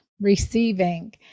receiving